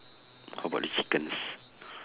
how about the chickens